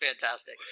fantastic